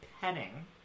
petting